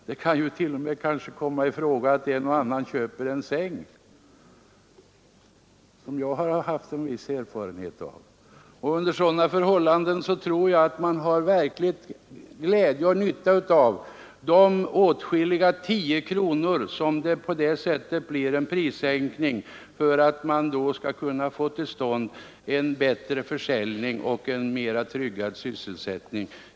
Det kan t.ex. hända att en och annan köper en säng — något som jag har haft viss erfarenhet av. Vid sådana köp har man verklig glädje och nytta av de åtskilliga tiotals kronor det blir fråga om i prissänkning. Den medför att vi kan få till stånd en bättre försäljning och mer tryggad sysselsättning.